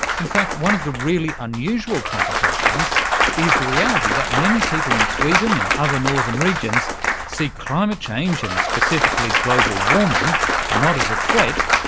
in fact, one of the really unusual complications is the reality that many people in sweden and other northern regions see climate change and specifically global warming not as a threat,